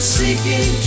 seeking